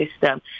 system